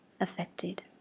affected